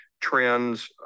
trends